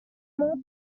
more